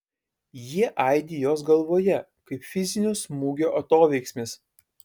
jie aidi jos galvoje kaip fizinio smūgio atoveiksmis